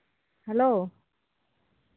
hello